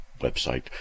website